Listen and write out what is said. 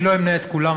אני לא אמנה את כולם,